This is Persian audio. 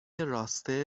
راسته